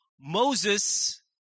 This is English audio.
Moses